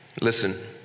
listen